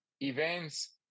events